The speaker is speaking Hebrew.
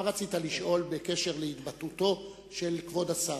מה רצית לשאול בקשר להתבטאותו של כבוד השר?